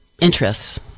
interests